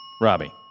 Robbie